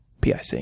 PIC